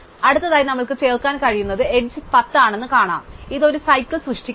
അടുത്തതായി നമുക്ക് ചേർക്കാൻ കഴിയുന്ന എഡ്ജ് 10 ആണെന്ന് കാണാം ഇത് ഒരു സൈക്കിൾ സൃഷ്ടിക്കുന്നില്ല